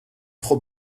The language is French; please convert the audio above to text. trop